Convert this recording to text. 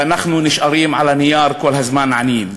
ואנחנו נשארים על הנייר כל הזמן עניים.